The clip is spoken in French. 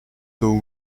tôt